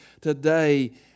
today